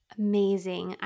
amazing